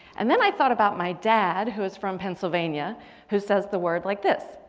and then i thought about my dad who was from pennsylvania who says the word like this.